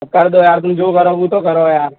अब कर दो यार तुम जो करो वह तो करो यार